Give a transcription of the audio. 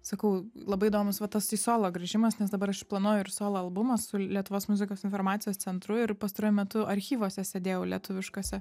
sakau labai įdomus va tas į solo grįžimas nes dabar aš planuoju ir solo albumą su lietuvos muzikos informacijos centru ir pastaruoju metu archyvuose sėdėjau lietuviškuose